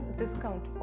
discount